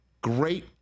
Great